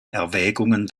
erwägungen